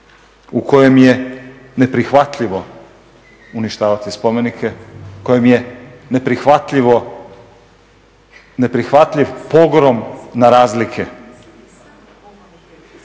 u kojem je neprihvatljivo uništavati spomenike, u kojem je neprihvatljiv pogrom na razlike.